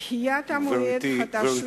דחיית מועד התשלום,